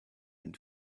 and